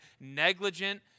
negligent